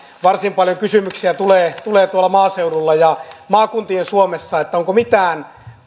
varsin paljon tulee tulee maaseudulla ja maakuntien suomessa kysymyksiä onko mitään